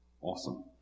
Awesome